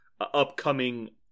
upcoming